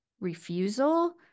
refusal